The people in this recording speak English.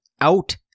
out